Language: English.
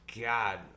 God